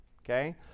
okay